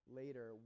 later